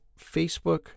Facebook